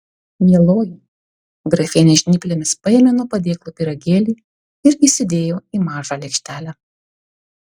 mieloji grafienė žnyplėmis paėmė nuo padėklo pyragėlį ir įsidėjo į mažą lėkštelę